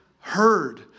heard